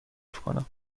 کنم